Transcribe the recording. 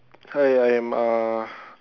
hi I am uh